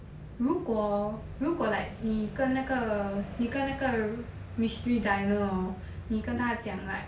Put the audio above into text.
如果如果 like 你跟那个你跟那个 mystery diner hor 你跟他讲 like